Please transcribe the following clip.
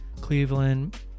cleveland